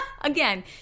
again